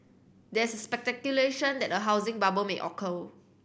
there is speculation that a housing bubble may occur